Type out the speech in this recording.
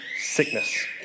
sickness